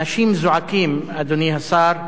אנשים זועקים, אדוני השר: